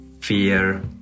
fear